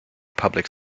public